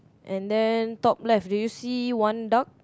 and then top left do you see one duck